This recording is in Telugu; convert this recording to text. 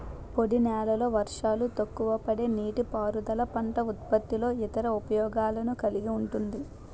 పొడినేలల్లో వర్షాలు తక్కువపడే నీటిపారుదల పంట ఉత్పత్తుల్లో ఇతర ఉపయోగాలను కలిగి ఉంటుంది